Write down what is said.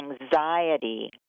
anxiety